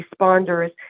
responders